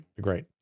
Great